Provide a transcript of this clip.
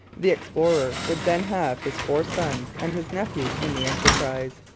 the explorer would then have his four sons and his nephew in the enterprise.